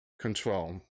control